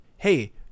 hey